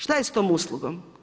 Šta je sa tom uslugom?